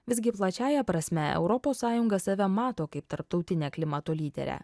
visgi plačiąja prasme europos sąjunga save mato kaip tarptautinę klimato lyderę